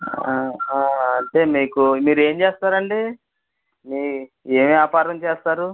అంటే మీకు మీరేం చేస్తారండి మీ ఏం వ్యాపారం చేస్తారు